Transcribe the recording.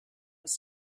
was